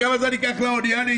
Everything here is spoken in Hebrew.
וכמה זמן ייקח לאנייה להגיע?